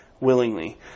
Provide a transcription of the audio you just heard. willingly